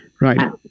Right